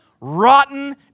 rotten